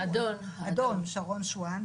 האדון שרון שוען,